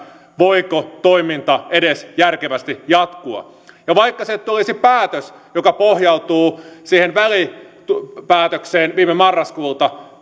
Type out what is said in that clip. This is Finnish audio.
voiko toiminta edes järkevästi jatkua ja vaikka sieltä tulisi päätös joka pohjautuu siihen välipäätökseen viime marraskuulta